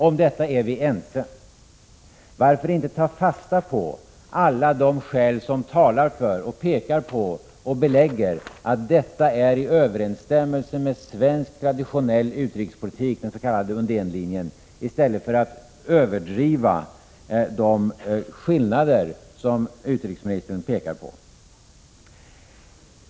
Om detta är vi ense. Varför inte ta fasta på alla de skäl som talar för, pekar på och belägger att detta är i överensstämmelse med svensk traditionell utrikespolitik, den s.k. Undénlinjen, i stället för att överdriva de skillnader som utrikesministern pekar på?